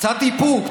קצת איפוק.